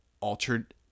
altered